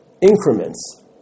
increments